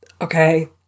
okay